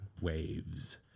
waves